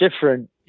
different